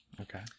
Okay